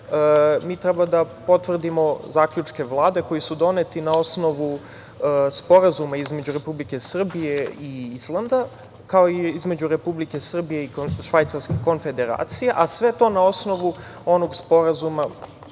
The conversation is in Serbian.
mi treba da potvrdimo zaključke Vlade koji su doneti na osnovu Sporazuma između Republike Srbije i Islanda, kao i između Republike Srbije i Švajcarske Konfederacije, a sve to na osnovu onog Sporazuma